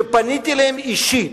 שפניתי אליהם אישית,